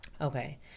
Okay